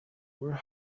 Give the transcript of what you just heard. were